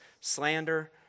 slander